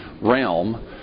realm